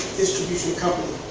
distribution company.